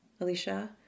Alicia